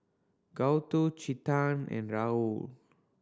Gouthu Chetan and Rahul